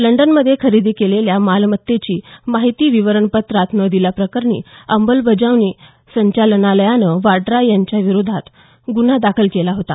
लंडनमध्ये खरेदी केलेल्या मालमत्तेची माहिती विवरण पत्रात न दिल्याप्रकरणी अंमलबजावणी संचालनालयानं वाड्रा यांच्या विरोधात गुन्हा दाखल केला होता